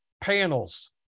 panels